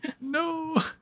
No